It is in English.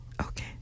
Okay